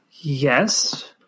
Yes